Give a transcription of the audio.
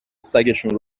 سگشون